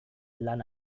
lan